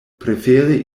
prefere